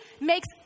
makes